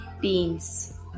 beans